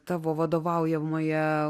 tavo vadovaujamoje